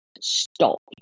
stopped